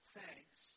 thanks